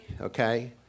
okay